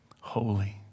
Holy